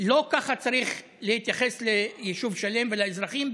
לא ככה צריך להתייחס ליישוב שלם ולאזרחים.